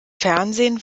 fernsehen